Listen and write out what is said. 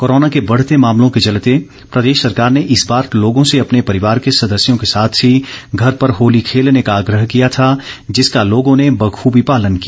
corona के बढ़ते मामलों के चलते प्रदेश सरकार ने इस बार लोगों से अपने परिवार के सदस्यों के साथ ही घर पर होली खेलने का आग्रह किया था जिसका लोगों ने बखूबी पालन किया